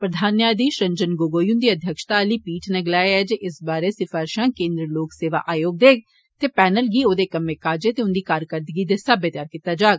प्रधान न्यायधीष रंजन गोगोई हुन्दी अध्यक्षता आली पीठ नै गलाया ऐ जे इस बारे सिफारषां केन्द्रीय लोक सेवा आयोग देग ते पैनल गी औदे कम्मै काजे ते उन्दी कारकरदगी दे स्हावै तैयार कीता जाग